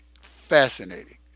fascinating